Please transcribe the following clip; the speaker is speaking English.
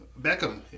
Beckham